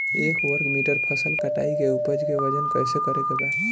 एक वर्ग मीटर फसल कटाई के उपज के वजन कैसे करे के बा?